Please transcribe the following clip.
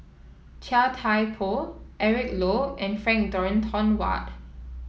Chia Thye Poh Eric Low and Frank Dorrington Ward